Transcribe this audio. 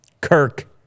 Kirk